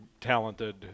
talented